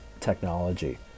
technology